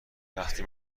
وقتی